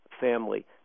family